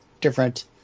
different